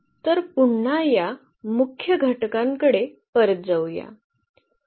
तर पुन्हा या मुख्य घटकांकडे परत जाऊ या